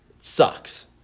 sucks